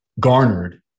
Garnered